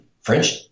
French